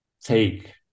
take